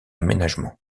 aménagements